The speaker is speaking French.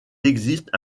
existe